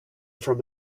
from